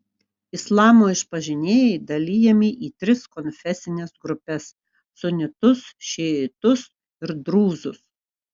islamo išpažinėjai dalijami į tris konfesines grupes sunitus šiitus ir drūzus